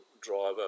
driver